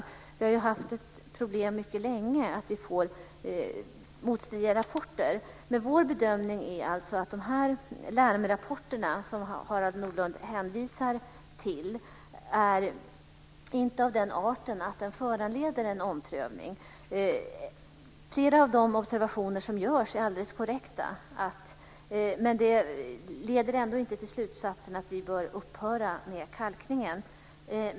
Mycket länge har vi ju haft problemet att vi får motstridiga rapporter, men vår bedömning är att de larmrapporter som Harald Nordlund hänvisar till inte är av den arten att de föranleder en omprövning. Flera av de observationer som görs är alldeles korrekta men leder ändå inte till slutsatsen att vi bör upphöra med kalkningen.